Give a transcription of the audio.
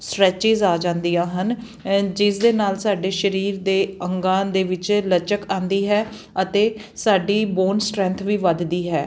stretches ਆ ਜਾਂਦੀਆਂ ਹਨ ਅ ਜਿਸ ਦੇ ਨਾਲ ਸਾਡੇ ਸਰੀਰ ਦੇ ਅੰਗਾਂ ਦੇ ਵਿੱਚ ਲਚਕ ਆਉਂਦੀ ਹੈ ਅਤੇ ਸਾਡੀ ਬੋਨ ਸਟਰੈਂਥ ਵੀ ਵੱਧਦੀ ਹੈ